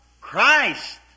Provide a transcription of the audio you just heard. Christ